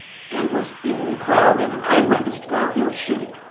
and was in the crowd and an eyewitness to garfield's shooting.